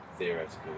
Theoretical